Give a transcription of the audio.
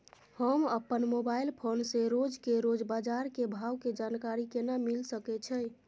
हम अपन mobile phone से रोज के रोज बाजार के भाव के जानकारी केना मिल सके छै?